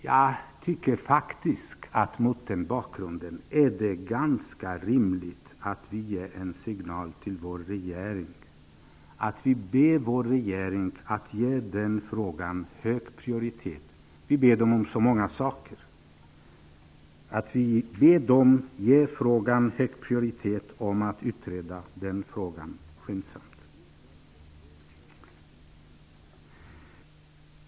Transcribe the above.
Jag tycker faktiskt att det mot den bakgrunden är ganska rimligt att vi ger en signal till vår regering, som vi ber om så många saker, om att ge frågan hög prioritet för en skyndsam utredning av frågan.